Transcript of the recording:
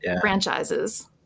franchises